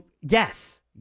yes